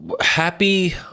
Happy